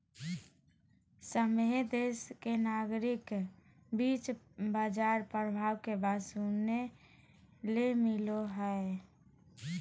सभहे देश के नागरिक के बीच बाजार प्रभाव के बात सुने ले मिलो हय